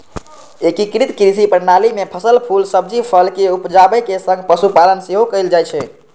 एकीकृत कृषि प्रणाली मे फसल, फूल, सब्जी, फल के उपजाबै के संग पशुपालन सेहो कैल जाइ छै